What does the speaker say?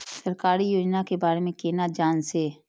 सरकारी योजना के बारे में केना जान से?